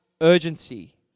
urgency